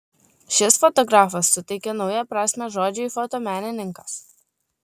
šis fotografas suteikė naują prasmę žodžiui fotomenininkas